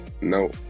no